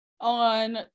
on